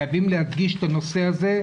חייבים להדגיש את הנושא הזה,